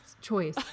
choice